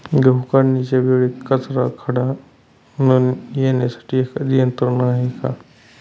गहू काढणीच्या वेळी कचरा व खडा न येण्यासाठी एखादी यंत्रणा आहे का?